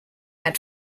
had